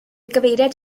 gyfeiriad